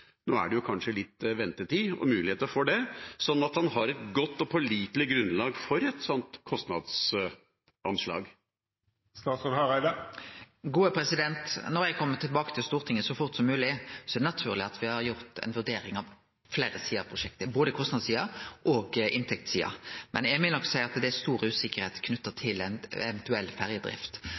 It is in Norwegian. nå er det jo kanskje litt ventetid og mulighet til det – slik at han har et godt og pålitelig grunnlag for et slikt kostnadsanslag? Når eg kjem tilbake til Stortinget – så fort som mogleg – er det naturleg at me har gjort ei vurdering av fleire sider av prosjektet, både kostnadssida og inntektssida. Men eg vil nok seie at det er stor usikkerheit knytt til ei eventuell ferjedrift.